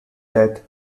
death